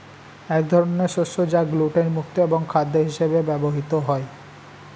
এক ধরনের শস্য যা গ্লুটেন মুক্ত এবং খাদ্য হিসেবে ব্যবহৃত হয়